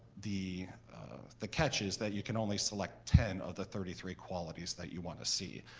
the the catch is that you can only select ten of the thirty three qualities that you want to see,